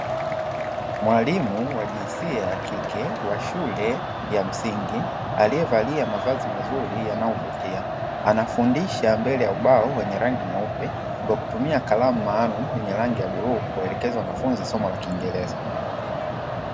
Mwalimu wa jinsia ya kike wa shule ya msingi, aliyevalia mavazi mazuri yanayovutia, anafundisha mbele ya ubao wenye rangi nyeupe kwa kutumia kalamu maalumu yenye rangi ya bluu kuwaelekeza wanafunzi somo la kiingereza.